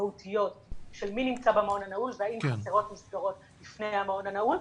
המהותיות של מי נמצא במעון הנעול והאם חסרות מסגרות לפני המעון הנעול.